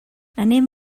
anem